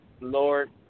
Lord